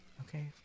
Okay